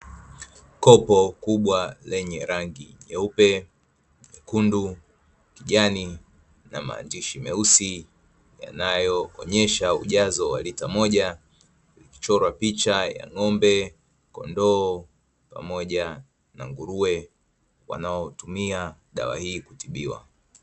Kopo kubwa lenye rangi nyeupe, nyekundu, kijani na maandashishi meusi yanayo onyesha ujazo wa lita moja likichorwa picha ya ng'ombe, kondoo pamoja na nguruwe wanaotumia dawa hii kutibiwa.